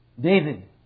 David